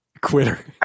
Quitter